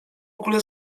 ogólę